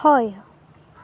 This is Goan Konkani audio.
हय